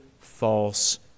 false